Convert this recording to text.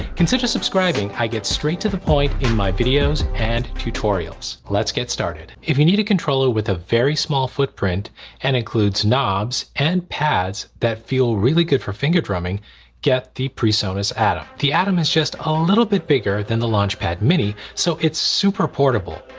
consider subscribing, i get straight to the point in my videos and tutorials. let's get started. if you need a controller with a very small footprint and includes knobs and pads that feel really good for finger drumming get the presonus atom. the atom is just a little bit bigger than the launch pad mini so it's super portable.